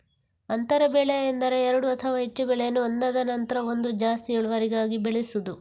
ಅಂತರ ಬೆಳೆ ಎಂದರೆ ಎರಡು ಅಥವಾ ಹೆಚ್ಚು ಬೆಳೆಯನ್ನ ಒಂದಾದ ನಂತ್ರ ಒಂದು ಜಾಸ್ತಿ ಇಳುವರಿಗಾಗಿ ಬೆಳೆಸುದು